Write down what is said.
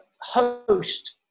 host